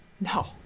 No